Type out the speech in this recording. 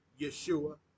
Yeshua